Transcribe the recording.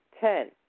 Ten